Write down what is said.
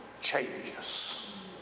changes